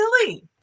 silly